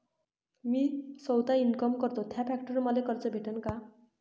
मी सौता इनकाम करतो थ्या फॅक्टरीवर मले कर्ज भेटन का?